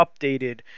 updated